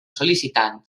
sol·licitant